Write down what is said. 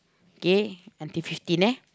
kay until fifteen eh